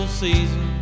season